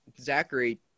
Zachary